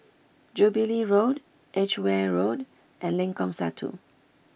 Jubilee Road Edgware Road and Lengkong Satu